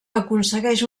aconsegueix